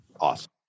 Awesome